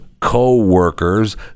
co-workers